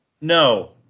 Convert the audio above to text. No